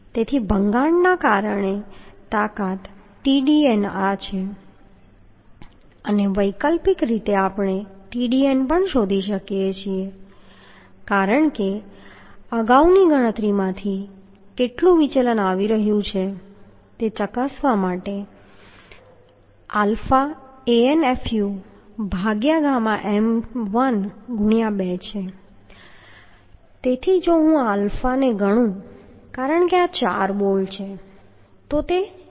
તેથી ભંગાણના કારણે તાકાત Tdn આ છે અને વૈકલ્પિક રીતે આપણે Tdn પણ શોધી શકીએ છીએ કારણ કે અગાઉની ગણતરીમાંથી કેટલું વિચલન આવી રહ્યું છે તે ચકાસવા માટે કે આલ્ફા Anfu ભાગ્યા ગામા m1 ગુણ્યાં 2 છે તેથી જો હું આલ્ફાને ગણું કારણ કે આ ચાર બોલ્ટ છે તો આ 0